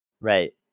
Right